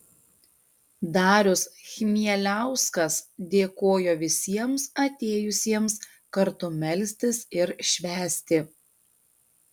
darius chmieliauskas dėkojo visiems atėjusiems kartu melstis ir švęsti